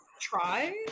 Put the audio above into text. Try